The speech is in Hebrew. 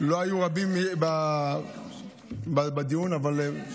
ולכן זה מאזן, לא היו רבים בדיון, אבל,